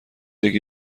یکی